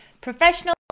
Professional